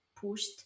pushed